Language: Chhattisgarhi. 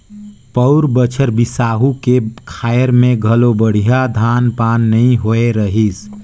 पउर बछर बिसाहू के खायर में घलो बड़िहा धान पान नइ होए रहीस